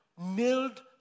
nailed